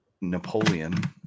Napoleon